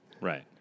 Right